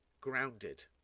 grounded